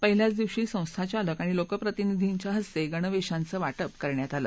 पहिल्याच दिवशी संस्थाचालक आणि लोकप्रतिनिधींच्या हस्ते गणवेषांचे वा ि करण्यात आले